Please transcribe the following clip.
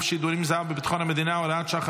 שידורים זר בביטחון המדינה (הוראת שעה,